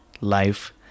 life